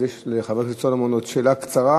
אז יש לחבר הכנסת סולומון עוד שאלה קצרה,